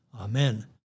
Amen